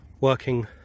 working